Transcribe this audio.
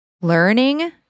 learning